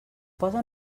posa